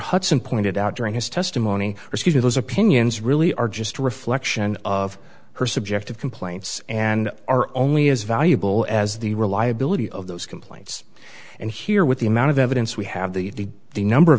hudson pointed out during his testimony or speak to those opinions really are just a reflection of her subjective complaints and are only as valuable as the reliability of those complaints and here with the amount of evidence we have the the number of